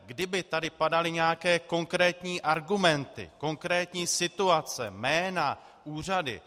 Kdyby tady padaly nějaké konkrétní argumenty, konkrétní situace, jména, úřady.